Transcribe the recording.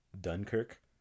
Dunkirk